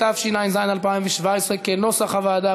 התשע"ז 2017, כנוסח הוועדה.